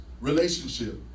relationship